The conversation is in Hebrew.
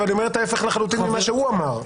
אבל היא אומרת ההפך לחלוטין ממה שהוא אמר.